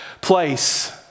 place